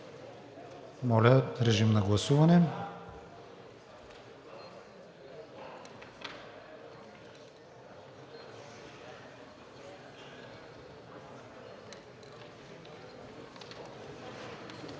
Моля, режим на прегласуване.